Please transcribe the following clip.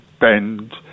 bend